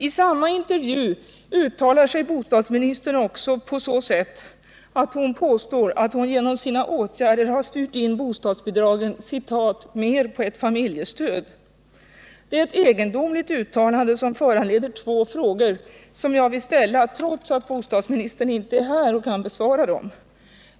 I samma intervju uttalar sig bostadsministern också på så sätt att hon påstår att hon genom sina åtgärder har styrt in bostadsbidragen ”mer på ett familjestöd”. Det är ett egendomligt uttalande, som föranleder två frågor som jag vill ställa trots att bostadsministern inte är här och kan besvara dem.